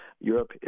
Europe